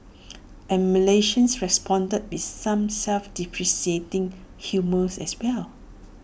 and Malaysians responded with some self deprecating humours as well